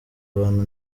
abantu